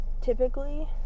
typically